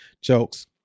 Jokes